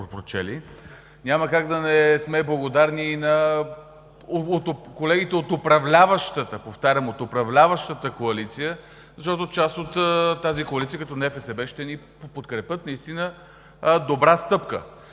Няма как да не сме благодарни и на колегите от управляващата, повтарям, от управляващата коалиция, защото част от тази коалиция, като НФСБ, ще ни подкрепят – наистина добра стъпка.